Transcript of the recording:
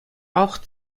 auch